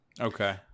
okay